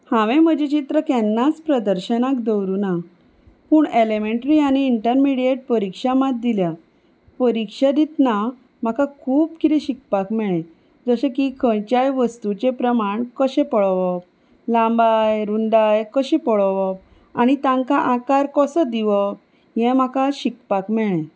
हांवें म्हजें चित्र केन्नाच प्रदर्शनाक दवरुना पूण एलेमेंट्री आनी इंटरमिडियट परिक्षा मात दिल्या परिक्षा दितना म्हाका खूब कितें शिकपाक मेळ्ळें जशें की खंयच्याय वस्तूचें प्रमाण कशें पळोवप लांबाय रुंदाय कशी पळोवप आनी तांकां आकार कसो दिवप हें म्हाका शिकपाक मेळ्ळें